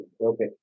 Okay